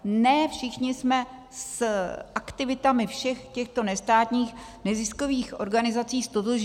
Ne všichni jsme s aktivitami všech těchto nestátních neziskových organizací ztotožněni.